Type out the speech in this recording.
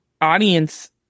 audience